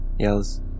yells